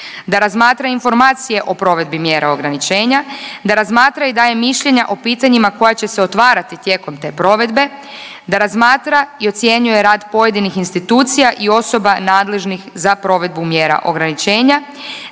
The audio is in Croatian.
da razmatra informacije o provedbi mjera ograničenja, da razmatra i daje mišljenja o pitanjima koja će se otvarati tijekom te provedbe, da razmatra i ocjenjuje rad pojedinih institucija i osoba nadležnih za provedbu mjera ograničenja,